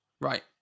Right